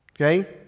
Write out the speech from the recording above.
Okay